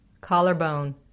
Collarbone